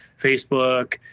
Facebook